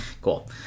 Cool